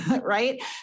right